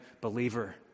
believer